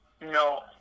No